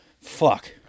Fuck